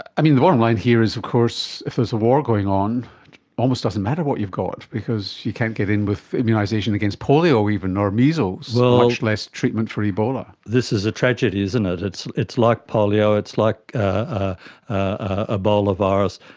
i mean, the bottom line here is of course if there is a war going on, it almost doesn't matter what you've got because you can't get in with immunisation against polio even or measles, so much less treatment for ebola. this is a tragedy, isn't it, it's it's like polio, it's like ah ah ebola virus.